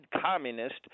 communist